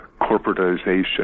corporatization